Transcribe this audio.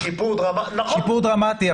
שיפור דרמטי.